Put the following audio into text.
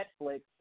Netflix